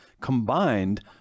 combined